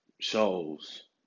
shows